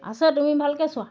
আছে তুমি ভালকে চোৱা